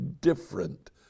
different